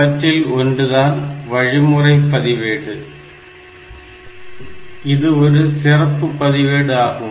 அவற்றில் ஒன்றுதான் வழிமுறை பதிவேடு இது ஒரு சிறப்பு பதிவேடு ஆகும்